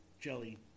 jelly